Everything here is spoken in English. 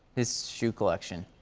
his shoe collection.